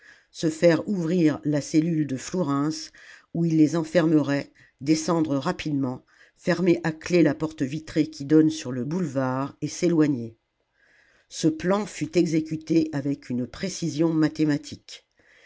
se faire ouvrir la cellule de flourens où ils les enfermeraient descendre rapidement fermer à clef la porte vitrée qui donne sur le boulevard et s'éloigner ce plan fut exécuté avec une précision mathématique